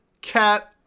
Cat